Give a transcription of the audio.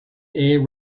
air